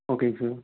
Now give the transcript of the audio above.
ஓகேங்க சார்